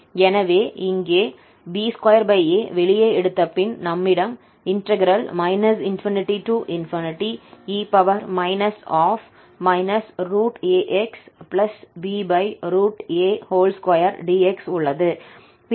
எனவே இங்கே b2a வெளியே எடுத்த பின் நம்மிடம் ∞e axba2dx உள்ளது